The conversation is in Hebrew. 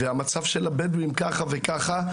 והמצב של הבדואים ככה וככה.